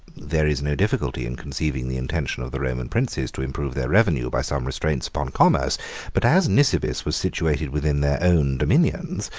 there is no difficulty in conceiving the intention of the roman princes to improve their revenue by some restraints upon commerce but as nisibis was situated within their own dominions,